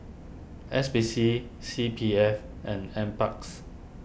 S P C C P F and N Parks